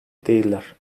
değiller